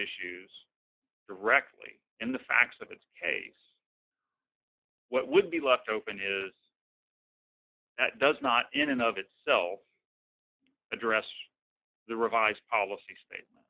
issues directly and the facts of its case what would be left open is that does not in and of itself address the revised policy state